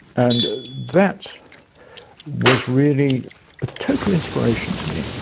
and that was really a total inspiration to me.